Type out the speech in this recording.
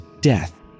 death